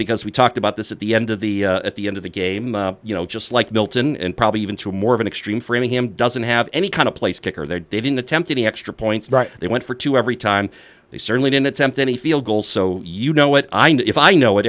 because we talked about this at the end of the at the end of the game you know just like milton and probably even two more of an extreme framingham doesn't have any kind of place kicker there didn't attempt any extra points right they went for two every time they certainly didn't attempt any field goal so you know what i mean if i know